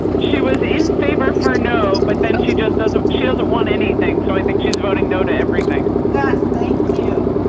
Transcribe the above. she was in favor for. no, but then she just doesn't she doesn't want anything so i think she's voting no to everything. thank you.